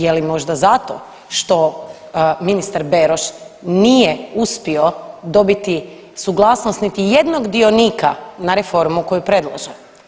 Je li možda zato što ministar Beroš nije uspio dobiti suglasnost niti jednog dionika na reformu koju predlaže?